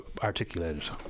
articulated